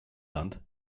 land